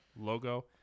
logo